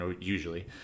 usually